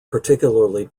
particularly